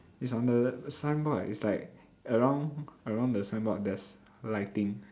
is on the signboard is like around around the signboard there's lighting